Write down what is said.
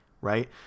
right